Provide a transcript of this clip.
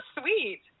sweet